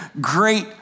great